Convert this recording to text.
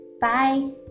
bye